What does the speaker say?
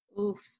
Oof